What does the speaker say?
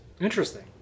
interesting